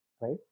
right